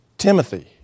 Timothy